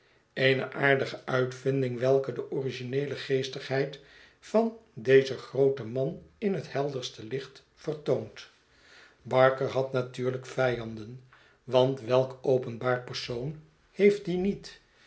eene aardige uitvinding welke de origineele geestigheid van dezen grooten man in het helderste licht vertoont barker had natuurlijk vijanden want welk openb'aar persoon heeft die niet